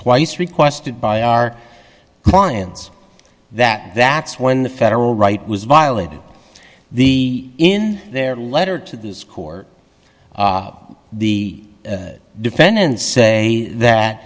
twice requested by our clients that that's when the federal right was violated the in their letter to this court the defendants say that